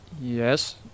Yes